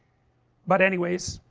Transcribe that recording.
but, anyways,